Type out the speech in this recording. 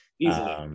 Easily